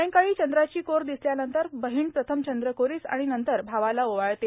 सायंकाळी चंद्राची कोर दिसल्यानंतर बहीण प्रथम चंद्रकोरीस आणि नंतर भावाला ओवाळते